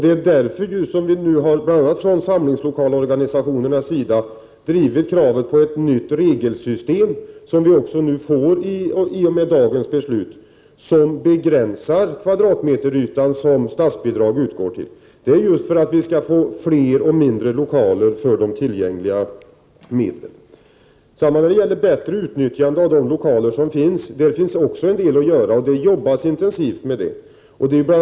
Det är därför som vi från bl.a. samlingslokalorganisationernas sida har drivit kravet på ett nytt regelsystem, vilket vi också kommer att få i och med dagens beslut. Detta nya regelsystem innebär att statsbidrag kommer att utgå endast till ett begränsat antal kvadratmeter. Anledningen till det är att det skall byggas fler och mindre lokaler för tillgängliga medel. Det finns också en hel del att göra för att åstadkomma ett bättre utnyttjande av befintliga lokaler, och det jobbas intensivt med detta.